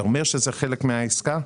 זה אומר שזה חלק מהעסקה?